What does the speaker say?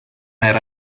era